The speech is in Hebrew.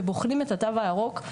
שבוחנים את התו הירוק,